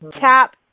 tap